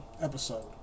episode